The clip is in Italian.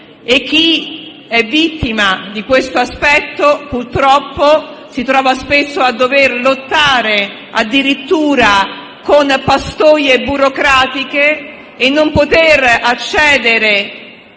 Chi è vittima di questo purtroppo si trova spesso a dover lottare addirittura con pastoie burocratiche e a non poter accedere